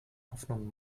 hoffnungen